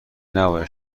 نباید